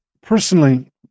personally